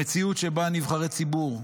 המציאות שבה נבחרי ציבור,